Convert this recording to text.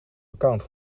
account